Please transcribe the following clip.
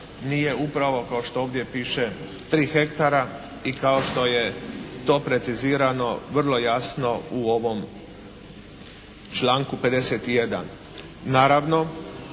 nije upravo kao što ovdje piše 3 hektara i kao što je to precizirano vrlo jasno u ovom članku 51. Naravno